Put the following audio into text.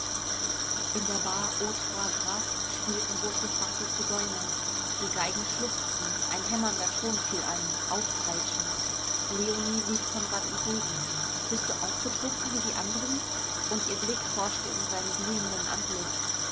in der bar aux trois grces spielten rotbefrackte zigeuner die geigen schluchzten ein hämmernder ton fiel ein aufpeitschend leonie lief konrad entgegen bist du auch betrunken wie die andern und ihr blick forschte in seinem glühenden antlitz